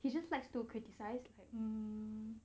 he just likes to criticise like mm